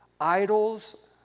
idols